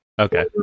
Okay